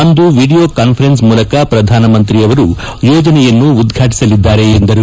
ಅಂದು video conference ಮೂಲಕ ಪ್ರಧಾನಮಂತ್ರಿಯವರು ಯೋಜನೆಯನ್ನು ಉದ್ವಾಟಿಸಲಿದ್ದಾರೆ ಎಂದರು